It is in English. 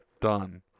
Done